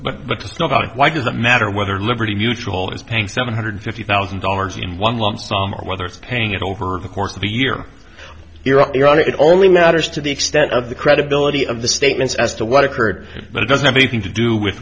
nobody why does it matter whether liberty mutual is paying seven hundred fifty thousand dollars in one lump sum or whether it's paying it over the course of a year it only matters to the extent of the credibility of the statements as to what occurred but it doesn't have anything to do with